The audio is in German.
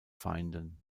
feinden